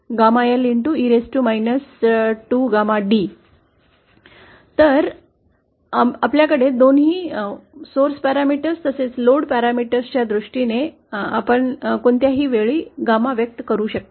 तर आमच्याकडे दोन्ही की आहे स्त्रोत पॅरामीटर्स तसेच लोड पॅरामीटर्सच्या दृष्टीने आपण कोणत्याही वेळी gamma व्यक्त करू शकता